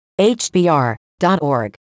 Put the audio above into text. hbr.org